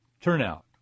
turnout